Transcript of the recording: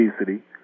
obesity